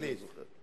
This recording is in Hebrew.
עתלית.